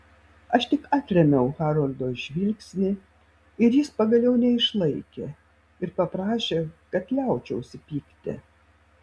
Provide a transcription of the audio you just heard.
aš tik atrėmiau haroldo žvilgsnį ir jis pagaliau neišlaikė ir paprašė kad liaučiausi pykti